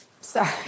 Sorry